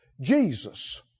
Jesus